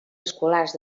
escolars